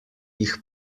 jih